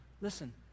listen